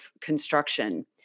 construction